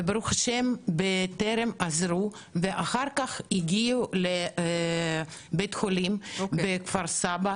ברוך השם בטרם עזרו ואחר כך הגיעו לבית חולים בכפר סבא,